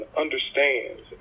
understands